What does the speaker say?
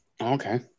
Okay